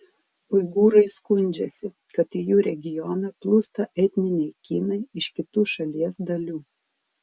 uigūrai skundžiasi kad į jų regioną plūsta etniniai kinai iš kitų šalies dalių